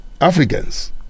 Africans